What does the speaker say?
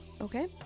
okay